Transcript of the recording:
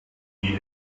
die